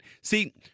See